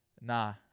nah